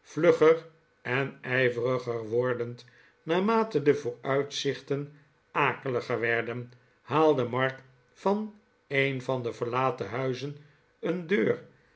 vlugger en ijveriger wordend naarmate de vooruitzichten akeliger werden haalde mark van een van de verlaten huizen een deur